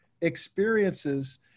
experiences